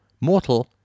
mortal